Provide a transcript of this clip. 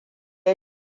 ya